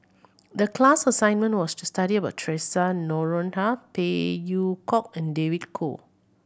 the class assignment was to study about Theresa Noronha Phey Yew Kok and David Kwo